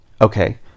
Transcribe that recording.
okay